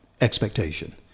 Expectation